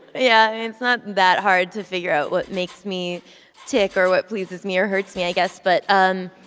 yeah. it's not that hard to figure out what makes me tick or what pleases me or hurts me, i guess. but. um